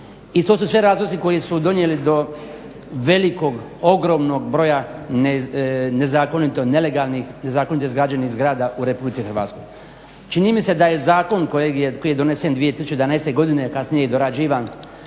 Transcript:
i to su sve razlozi koji su donijeli do velikog, ogromnog broja nezakonito, nelegalnih, nezakonito izgrađenih zgrada u Republici Hrvatskoj. Čini mi se da je zakon koji je donesen 2011. godine, kasnije je i dorađivan